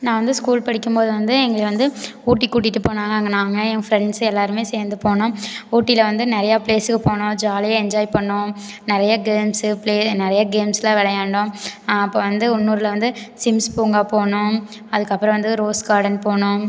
நான் வந்து ஸ்கூல் படிக்கும் போது வந்து எங்களுக்கு வந்து ஊட்டி கூட்டிகிட்டு போனாங்க அங்கே நாங்கள் என் ஃப்ரெண்ட்ஸு எல்லாேருமே சேர்ந்து போனோம் ஊட்டியில் வந்து நிறையா பிளேஸுக்கு போனோம் ஜாலியாக என்ஜாய் பண்ணிணோம் நிறையா கேம்ஸு ப்ளே நிறையா கேம்ஸெலாம் விளையாண்டோம் அப்போ வந்து குன்னுாரில் வந்து சிம்ஸ் பூங்கா போனோம் அதுக்கப்புறம் வந்து ரோஸ் கார்டன் போனோம்